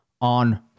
on